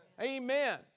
Amen